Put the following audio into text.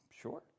sure